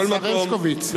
השר הרשקוביץ.